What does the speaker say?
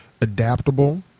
adaptable